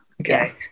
okay